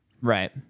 Right